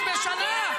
בשנה.